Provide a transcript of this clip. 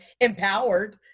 empowered